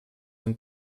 ein